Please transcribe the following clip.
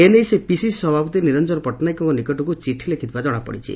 ଏ ନେଇ ସେ ପିସିସି ସଭାପତି ନିରଂଜନ ପଟ୍ଟନାୟକଙ୍କ ନିକଟକୁ ଚିଠି ଲେଖିଥିବା ଜଣାପଡ଼ିଛି